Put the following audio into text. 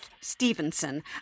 Stevenson